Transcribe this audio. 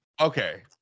Okay